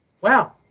wow